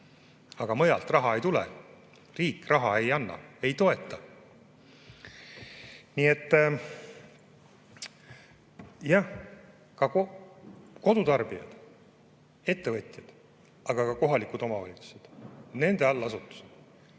Aga mujalt raha ei tule. Riik raha ei anna, ei toeta. Nii et jah, kodutarbijad, ettevõtjad, aga ka kohalikud omavalitsused, nende allasutused